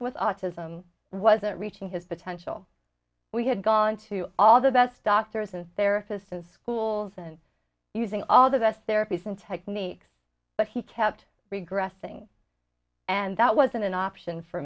with autism wasn't reaching his potential we had gone to all the best doctors and therapists and schools and using all the best therapies and techniques but he kept regressing and that wasn't an option for